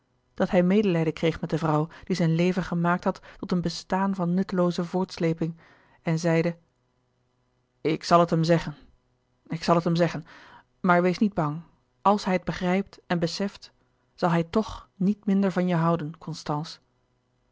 dat hij medelijden kreeg met de vrouw die zijn leven gemaakt had tot een bestaan van nuttelooze voortsleping en zeide ik zal het hem zeggen ik zal het hem zeggen maar wees niet bang àls hij het begrijpt en beseft zal hij tch niet minder van je houden constance